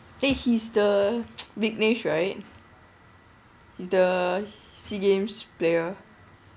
eh he's the big names right he's the SEA games player